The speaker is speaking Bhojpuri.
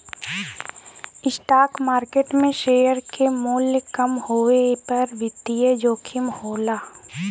स्टॉक मार्केट में शेयर क मूल्य कम होये पर वित्तीय जोखिम होला